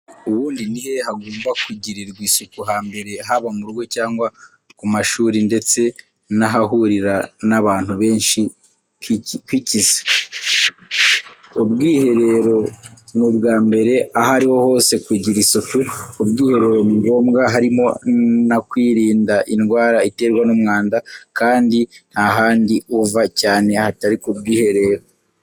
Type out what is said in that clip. Ubundi nihehe hagomba kugirirwa isuku hambere haba murugo cyangwa kumashuri ndetse nahahurira nabantu benshi kiki se? ubwiherero n,ubwambere aho ariho hose kugira isuku kubwiherero ningombwa harimo na kwirinda indwara iterwa numwanda kandi ntahandi uva cyane hatari kubwiherero.